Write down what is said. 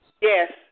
Yes